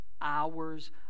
hours